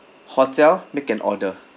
hotel make an order